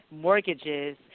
mortgages